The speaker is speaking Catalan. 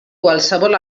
qualsevol